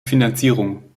finanzierung